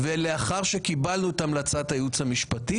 ולאחר שקיבלנו את המלצת הייעוץ המשפטי